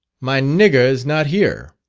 my nigger is not here.